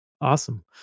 Awesome